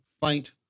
fight